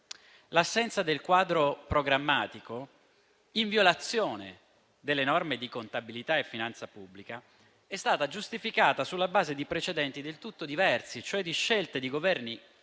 L'assenza del quadro programmatico, in violazione delle norme di contabilità e finanza pubblica, è stata giustificata sulla base di precedenti del tutto diversi, cioè di scelte di governi